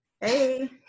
Hey